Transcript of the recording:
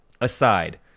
aside